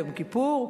יום כיפור,